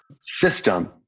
system